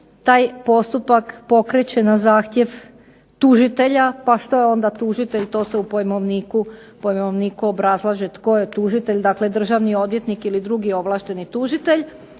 taj postupak pokreće na zahtjev tužitelja. Pa što je onda tužitelj, to se u pojmovniku obrazlaže tko je tužitelj, dakle državni odvjetnik ili drugi ovlašteni tužitelj.